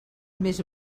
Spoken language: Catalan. més